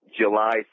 july